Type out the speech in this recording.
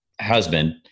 husband